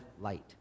light